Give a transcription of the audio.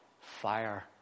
fire